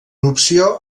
opció